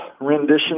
rendition